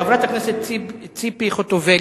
חברת הכנסת ציפי חוטובלי.